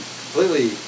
completely